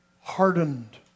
hardened